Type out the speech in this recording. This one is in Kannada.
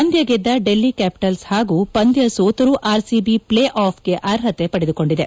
ಪಂದ್ಯ ಗೆದ್ದ ಡೆಲ್ಲಿ ಕ್ಯಾಪಿಟಲ್ಪ್ ಹಾಗೂ ಪಂದ್ಯ ಸೋತರೂ ಆರ್ಸಿಬಿ ಪ್ಲೇ ಆಫ್ಗೆ ಅರ್ಹತೆ ಪಡೆದುಕೊಂಡಿದೆ